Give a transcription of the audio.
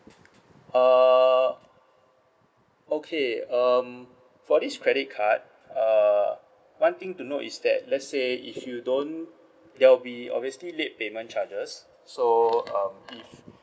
err okay um for this credit card uh one thing to note is that let's say if you don't there will be obviously late payment charges so um if